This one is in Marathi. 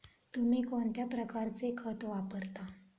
तुम्ही कोणत्या प्रकारचे खत वापरता?